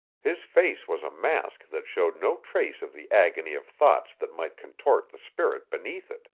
his face was a mask that showed no trace of the agony of thoughts that might contort the spirit beneath it.